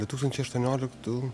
du tūkstančiai aštuonioliktų